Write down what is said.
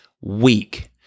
weak